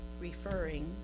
referring